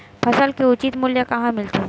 फसल के उचित मूल्य कहां मिलथे?